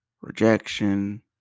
rejection